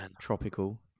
tropical